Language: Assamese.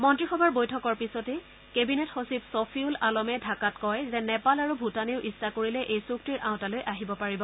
মন্ত্ৰীসভাৰ বৈঠকৰ পিছতেই কেবিনেট সচিব ছফিউল আলমে ঢাকাত কয় যে নেপাল আৰু ভূটানেও ইছ্ছা কৰিলে এই চুক্তিৰ আওতালৈ আহিব পাৰিব